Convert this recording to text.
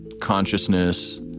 consciousness